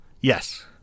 Yes